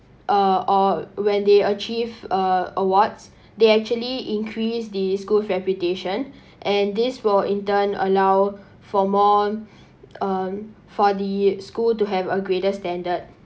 uh or when they achieve uh awards they actually increase the school reputation and this will in turn allow for more um for the school to have a greater standard